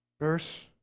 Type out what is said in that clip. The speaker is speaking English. verse